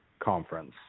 Conference